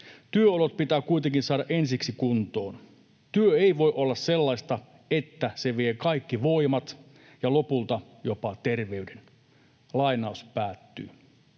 Työolot pitää kuitenkin saada ensiksi kuntoon. Työ ei voi olla sellaista, että se vie kaikki voimat ja lopulta jopa terveyden.” Arvoisa